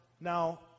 Now